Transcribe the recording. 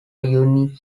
unique